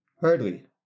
Hardly